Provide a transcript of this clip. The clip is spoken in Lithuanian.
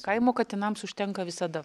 kaimo katinams užtenka visada